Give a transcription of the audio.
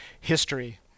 history